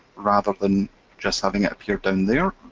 rather than just having it appear down there.